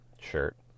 shirt